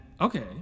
Okay